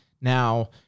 Now